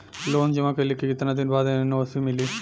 Loan जमा कइले के कितना दिन बाद एन.ओ.सी मिली?